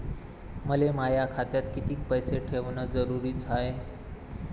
मले माया खात्यात कितीक पैसे ठेवण जरुरीच हाय?